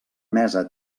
mesa